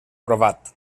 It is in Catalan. provat